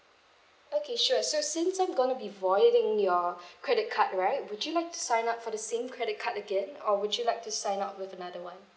okay sure so since I'm gonna be voiding your credit card right would you like to sign up for the same credit card again or would you like to sign up with another one